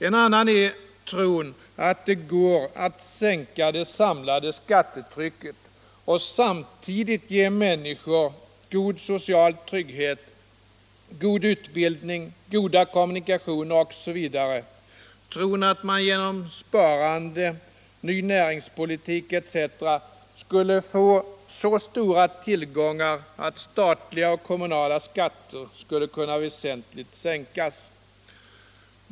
En annan illusion är tron att det går att sänka det samlade skattetrycket och samtidigt ge människor god social trygghet, god utbildning, goda kommunikationer osv., tron att man genom sparande, ny näringspolitik etc. skulle få så stora tillgångar att statliga och kommunala skatter väsentligt skulle kunna sänkas.